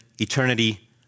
eternity